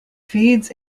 feeds